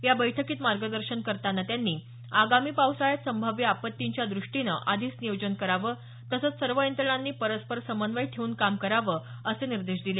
या बैठकीत मार्गदर्शन करताना त्यांनी आगामी पावसाळ्यात संभाव्य आपत्तींच्या दृष्टीनं आधीच नियोजन करावं तसंच सर्व यंत्रणांनी परस्पर समन्वय ठेऊन काम करावं असे निर्देश दिले